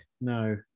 No